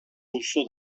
auzo